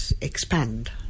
expand